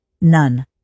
None